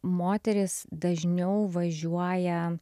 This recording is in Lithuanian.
moterys dažniau važiuoja